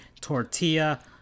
tortilla